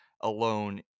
alone